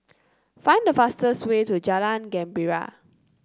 find the fastest way to Jalan Gembira